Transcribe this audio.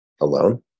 alone